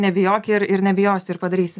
nebijok ir ir nebijosi ir padarysi